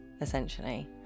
essentially